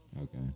Okay